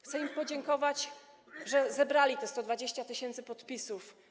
Chcę podziękować, że zebrali te 120 tys. podpisów.